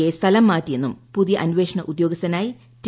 യെ സ്ഥലം മാറ്റിയെന്നും പുതിയ അന്വേഷണ ഉദ്യോഗസ്ഥനായി ടി